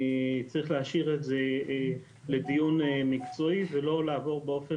צריך להשאיר את זה לדיון מקצועי ולא לעבור באופן